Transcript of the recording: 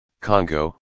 Congo